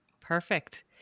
Perfect